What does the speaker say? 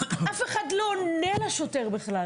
--- יש אולי --- שאומרת שזה לא תלוי בשיקול דעת הרמטכ"ל.